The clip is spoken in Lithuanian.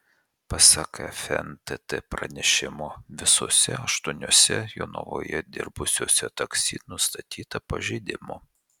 pasak fntt pranešimo visuose aštuoniuose jonavoje dirbusiuose taksi nustatyta pažeidimų